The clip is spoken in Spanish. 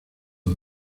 uno